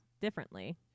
differently